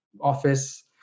office